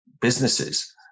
businesses